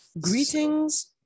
Greetings